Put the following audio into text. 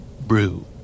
Brew